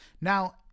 Now